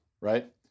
Right